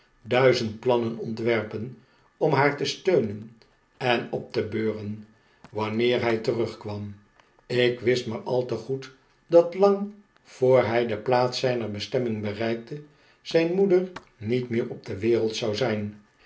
duizend plannen ontwerpen om haar te steunen en op te beuren wanneer hij terugkwam ik wist maar al te goed dat r lang voor hij de plaats zijner bestemming bereikte zijn moeder niet meer op de wereld zou zijn